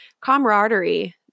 camaraderie